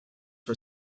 for